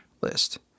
list